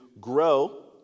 grow